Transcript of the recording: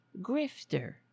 grifter